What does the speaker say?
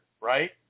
right